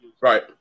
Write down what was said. right